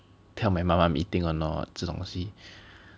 tell my mum I'm eating or not 这种东西